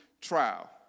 trial